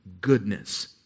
goodness